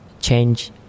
change